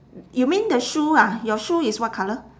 you mean the shoe ah your shoe is what colour